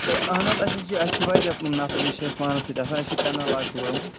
ہے اَہَن حظ اَس حظ چھِ اسہِ چھِ واریاہ نفری حظ چھِ اَسہِ پانَس سۭتۍ آسان اَسہِ چھِ پٮ۪نَل اکھ بُلٲو